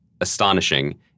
astonishing